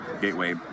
gateway